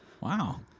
Wow